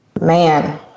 man